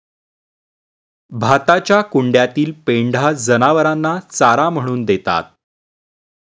भाताच्या कुंड्यातील पेंढा जनावरांना चारा म्हणून देतात